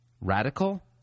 Radical